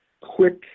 quick